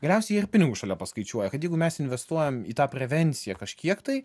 galiausiai jie ir pinigus šalia paskaičiuoja kad jeigu mes investuojam į tą prevenciją kažkiek tai